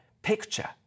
picture